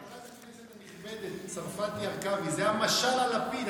חברת הכנסת הנלמדת, צרפתי הרכבי, זה המשל על לפיד.